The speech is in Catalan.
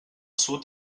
sud